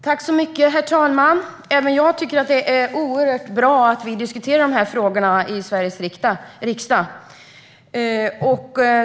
Herr talman! Även jag tycker att det är bra att vi diskuterar de här frågorna i Sveriges riksdag.